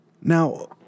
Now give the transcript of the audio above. Now